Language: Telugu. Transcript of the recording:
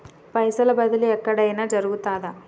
పైసల బదిలీ ఎక్కడయిన జరుగుతదా?